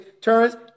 turns